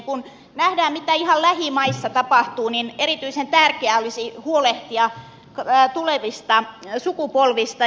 kun nähdään mitä ihan lähimaissa tapahtuu niin erityisen tärkeää olisi huolehtia tulevista sukupolvista